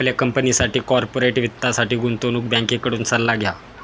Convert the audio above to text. आपल्या कंपनीसाठी कॉर्पोरेट वित्तासाठी गुंतवणूक बँकेकडून सल्ला घ्या